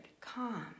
calm